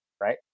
right